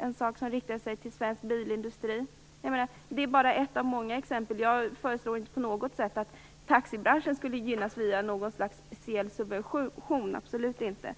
åtgärd riktad till svensk bilindustri, och detta är bara ett av många exempel. Jag föreslår alls inte att taxibranschen skall gynnas via något slags selektiv subvention - absolut inte!